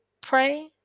pray